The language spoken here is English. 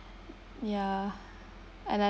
yeah and